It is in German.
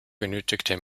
benötigte